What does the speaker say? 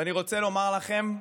אני רוצה לומר לכם,